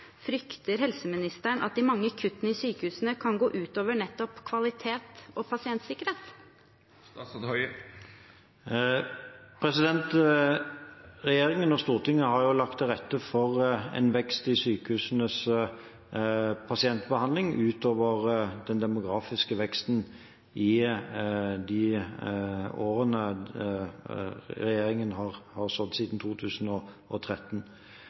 Frykter helseministeren at de mange kuttene i sykehusene kan gå ut over nettopp kvalitet og pasientsikkerhet? Regjeringen og Stortinget har lagt til rette for en vekst i sykehusenes pasientbehandling utover den demografiske veksten i de årene regjeringen har sittet, siden 2013.